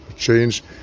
change